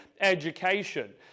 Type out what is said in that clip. education